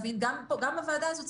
אנחנו מדברים פה על אי הוודאות כל